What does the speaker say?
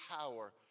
power